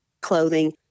clothing